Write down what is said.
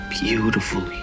beautiful